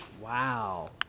wow